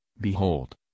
Behold